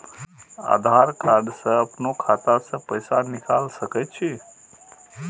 आधार कार्ड से अपनो खाता से पैसा निकाल सके छी?